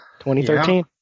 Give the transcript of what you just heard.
2013